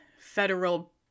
federal